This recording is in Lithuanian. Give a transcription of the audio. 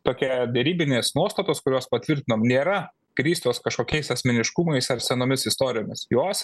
tokia derybinės nuostatos kuriuos patvirtinom nėra grįstos kažkokiais asmeniškumais ar senomis istorijomis jos